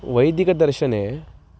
वैदिकदर्शने